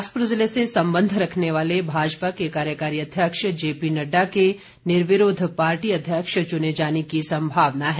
बिलासपुर ज़िले से सम्बंध रखने वाले भाजपा के कार्यकारी अध्यक्ष जेपी नड्डा के निर्विरोध पार्टी अध्यक्ष च्ने जाने की संभावना है